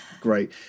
Great